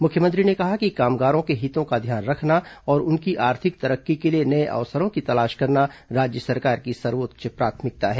मुख्यमंत्री ने कहा कि कामगारों के हितों का ध्यान रखना और उनकी आर्थिक तरक्की के लिए नये अवसरों की तलाश करना राज्य सरकार की सर्वोच्च प्राथमिकता है